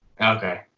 Okay